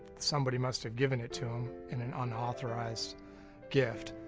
somebody must have given it to him in an unauthorized gift.